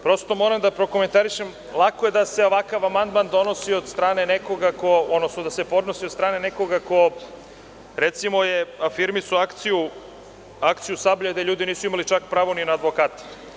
Prosto moram da prokomentarišem, lako je da se ovakav amandman donosi od strane nekoga, odnosno da se podnosi od strane nekoga ko, recimo je, afirmisao akciju Sablja gde ljudi nisu imali čak pravo ni na advokata.